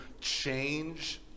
change